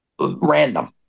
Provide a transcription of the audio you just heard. random